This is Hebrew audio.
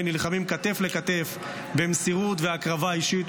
נלחמים כתף אל כתף במסירות והקרבה אישית,